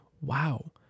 wow